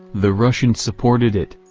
the russians supported it.